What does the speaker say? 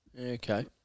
Okay